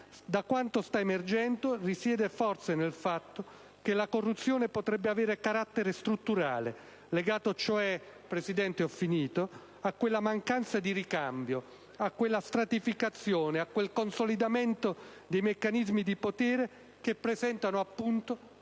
da quanto sta emergendo, risiede forse nel fatto che la corruzione potrebbe avere carattere strutturale, legato cioè a quella mancanza di ricambio, a quella stratificazione, a quel consolidamento dei meccanismi di potere che presentano, appunto,